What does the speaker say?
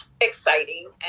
exciting